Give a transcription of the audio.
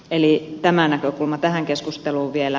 eli tämä näkökulma tähän keskusteluun vielä